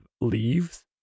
leaves